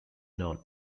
known